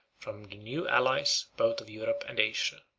from the new allies both of europe and asia.